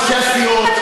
ראשי הסיעות,